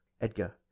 Edgar